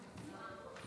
כבוד